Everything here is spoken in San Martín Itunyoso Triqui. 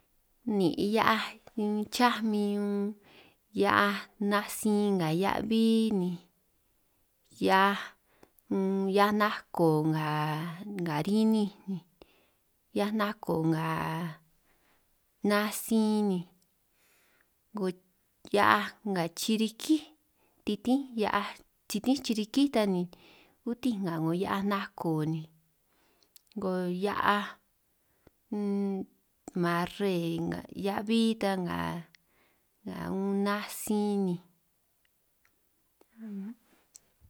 Nin' hia'aj cháj min, hia'aj natsin nga hia'aj 'bí, hia'aj nako nga rininj, hia'aj nako nga natsin ni, 'ngo hia'aj nga chirikí, titín hia'aj titín chirikíj ta, ni utinj nga hia'aj nako ni 'ngo hia'aj marree, nga hia'aj 'bí nga natsin.